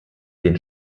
den